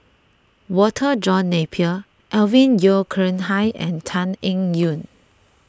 Walter John Napier Alvin Yeo Khirn Hai and Tan Eng Yoon